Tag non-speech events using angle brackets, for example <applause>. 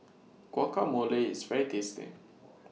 <noise> Guacamole IS very tasty <noise>